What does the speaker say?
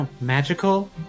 Magical